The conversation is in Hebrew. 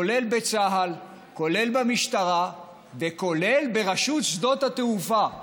כולל בצה"ל, כולל במשטרה וכולל ברשות שדות התעופה.